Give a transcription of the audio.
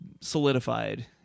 solidified